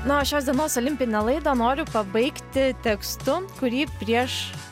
na o šios dienos olimpinė laidą noriu pabaigti tekstu kurį prieš